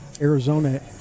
Arizona